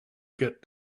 get